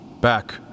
back